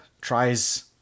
tries